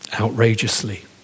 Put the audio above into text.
outrageously